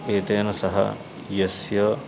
एतेन सह यस्य